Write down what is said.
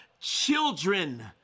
children